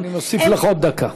אני מוסיף לך עוד דקה.